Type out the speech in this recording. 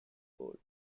gold